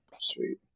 Sweet